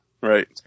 Right